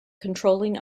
controlling